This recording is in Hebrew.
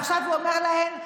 עכשיו הוא אומר להן: